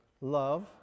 Love